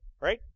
right